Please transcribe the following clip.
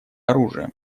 оружием